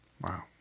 Wow